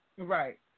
Right